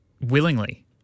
willingly